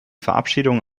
verabschiedung